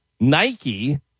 Nike